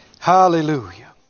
Hallelujah